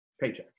paycheck